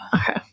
Okay